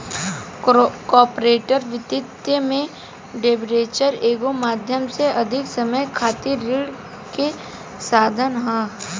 corporate वित्त में debenture एगो माध्यम से अधिक समय खातिर ऋण के साधन ह